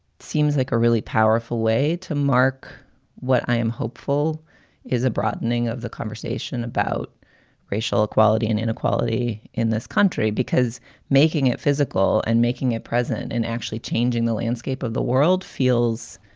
seems like a really powerful way to mark what i am hopeful is a broadening of the conversation about racial equality and inequality in this country because making it physical and making it present and actually changing the landscape of the world feels